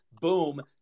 Boom